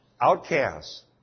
outcasts